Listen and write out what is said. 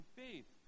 faith